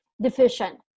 deficient